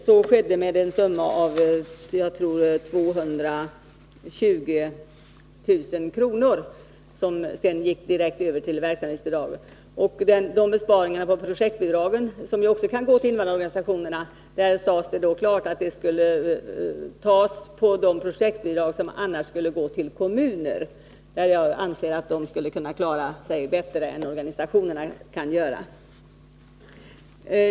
Så skedde med en summa av 220 000 kr., som gick direkt över till verksamhetsbidrag. Om de besparingar på projektbidragen som också kan gå till invandrarorganisationerna sades det klart att det skulle tas på de projektbidrag som annars skulle gå till kommuner. Jag anser att kommunerna kan klara sig bättre än organisationerna.